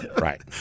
Right